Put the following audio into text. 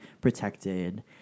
protected